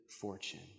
fortune